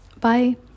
Bye